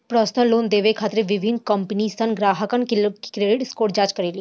personal loan देवे खातिर विभिन्न कंपनीसन ग्राहकन के क्रेडिट स्कोर जांच करेली